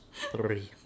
Three